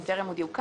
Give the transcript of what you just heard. הם טרם הודיעו כמה.